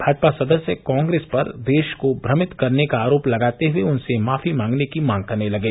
भाजपा सदस्य कांग्रेस पर देश को भ्रमित करने का आरोप लगाते हुए उनसे माफी मांगने की मांग करने लगे